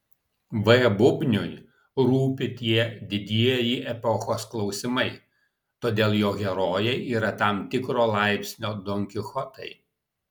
v bubniui rūpi tie didieji epochos klausimai todėl jo herojai yra tam tikro laipsnio donkichotai